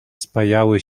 spajały